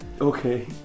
Okay